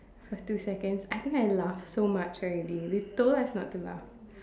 for two seconds I think I laugh so much already they told us not to laugh